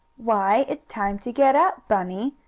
why, it's time to get up, bunny,